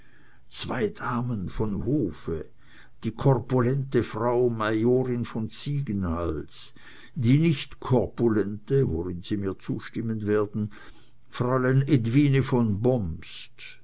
zwei damen vom hofe die korpulente frau majorin von ziegenhals die nicht korpulente worin sie mir zustimmen werden fräulein edwine von bomst